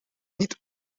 niet